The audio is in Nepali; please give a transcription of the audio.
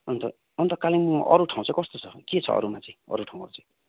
अन्त अन्त कालिम्पोङमा अरू ठाउँ चाहिँ कस्तो छ के छ अरूमा चाहिँ अरू ठाउँहरू चाहिँ